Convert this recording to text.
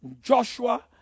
joshua